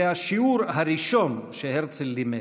זה השיעור הראשון שהרצל לימד.